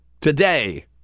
today